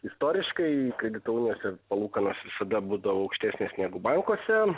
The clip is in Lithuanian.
istoriškai kredito unijose palūkanos visada būdavo aukštesnės negu bankuose